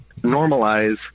normalize